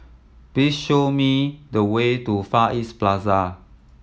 please show me the way to Far East Plaza